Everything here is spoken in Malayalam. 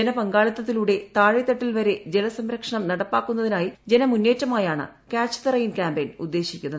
ജനപങ്കാളിത്തത്തിലൂടെ താഴേത്തട്ടിൽ വരെ ജലസംരക്ഷണം നടപ്പാക്കുന്നതിനായി ജനമുന്നേറ്റമായി കൃാച്ച് ദി റെയിൻ കാമ്പയിൽ ഉദ്ദേശിക്കുന്നത്